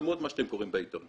למרות מה שאתם קוראים בעיתון,